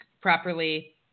properly